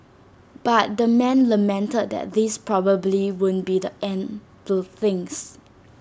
but the man lamented that this probably won't be the end to things